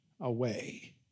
away